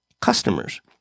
customers